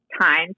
time